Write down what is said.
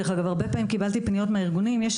דרך אגב הרבה פעמים קיבלתי פניות על קושי,